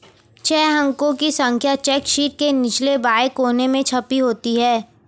छह अंकों की संख्या चेक शीट के निचले बाएं कोने में छपी होती है